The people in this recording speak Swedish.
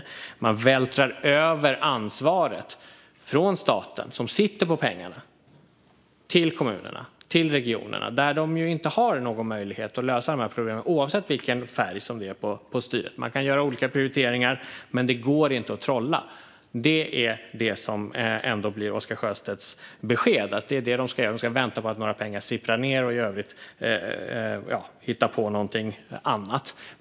Ansvaret vältras över från staten, som sitter på pengarna, till kommunerna och regionerna som inte har någon möjlighet att lösa dessa problem, oavsett färg på styret. Kommunerna och regionerna kan göra olika prioriteringar, men det går inte att trolla. Det som ändå blir Oscar Sjöstedts besked är att man ska vänta på att några pengar sipprar ned och i övrigt hitta på någonting annat.